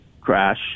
crash